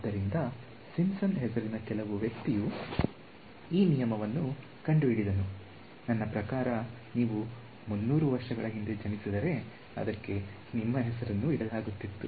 ಆದ್ದರಿಂದ ಸಿಂಪ್ಸನ್ ಹೆಸರಿನ ಕೆಲವು ವ್ಯಕ್ತಿಯು ಈ ನಿಯಮವನ್ನು ಕಂಡುಹಿಡಿದನು ನನ್ನ ಪ್ರಕಾರ ನೀವು 300 ವರ್ಷಗಳ ಹಿಂದೆ ಜನಿಸಿದರೆ ಅದಕ್ಕೆ ನಿಮ್ಮ ಹೆಸರನ್ನು ಇಡಲಾಗುತ್ತಿತ್ತು